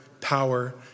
power